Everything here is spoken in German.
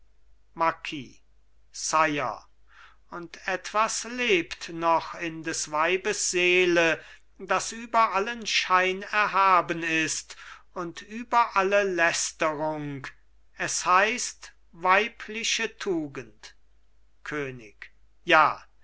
marquis sire und etwas lebt noch in des weibes seele das über allen schein erhaben ist und über alle lästerung es heißt weibliche tugend könig ja